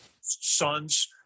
sons